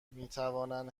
میتوانند